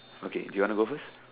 okay do you want to go first